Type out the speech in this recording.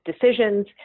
decisions